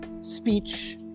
speech